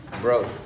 bro